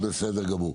החינוך.